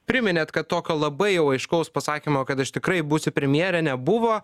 priminėt kad tokio labai jau aiškaus pasakymo kad aš tikrai būsiu premjere nebuvo